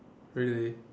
really